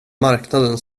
marknaden